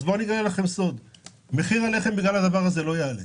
אבל מחיר הלחם בגלל הדבר הזה לא יעלה.